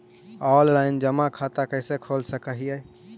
Online जमा खाता कैसे खोल सक हिय?